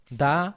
da